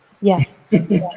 Yes